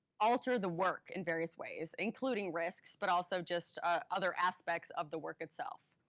alter the work in various ways, including risks, but also just ah other aspects of the work itself.